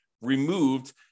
removed